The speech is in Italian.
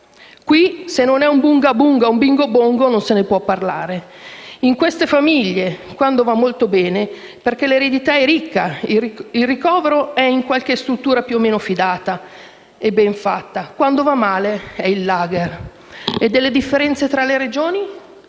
qui se non è un «bunga bunga» o un «bingo bongo», non se ne può parlare. In queste famiglie quando va molto bene (perché l'eredità è ricca) il ricovero è in qualche struttura più o meno fidata e ben fatta, quando va male, è il *lager*. E delle differenze tra le Regioni?